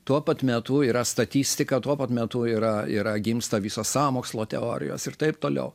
tuo pat metu yra statistika tuo pat metu yra yra gimsta visos sąmokslo teorijos ir taip toliau